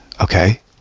Okay